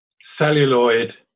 celluloid